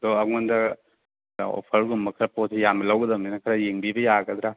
ꯑꯗꯣ ꯑꯩꯉꯣꯟꯗ ꯑꯣꯐꯔꯒꯨꯝꯕ ꯈꯔ ꯄꯣꯠꯁꯦ ꯌꯥꯝꯅ ꯂꯧꯒꯗꯕꯅꯤꯅ ꯈꯔ ꯌꯦꯡꯕꯤꯕ ꯌꯥꯒꯗ꯭ꯔꯥ